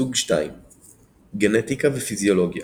סוג 2 גנטיקה ופיזיולוגיה